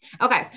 Okay